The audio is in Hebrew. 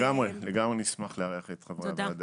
לגמרי נשמח לארח את חברי הוועדה.